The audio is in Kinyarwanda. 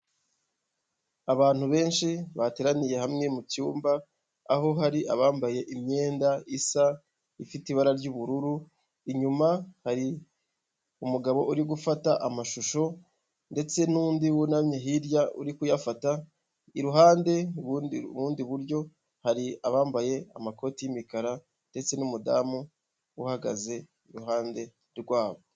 Abantu benshi bateraniye hamwe mucyumba aho hari abambaye imyenda isa ifite ibara ry'ubururu inyuma hari umugabo uri gufata amashusho ndetse n'undi wunamye hirya uri kuyafata iruhande ubundi ubundi buryo hari abambaye amakoti y'umukara ndetse n'umudamu uhagaze iruhande rwabo.